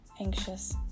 anxious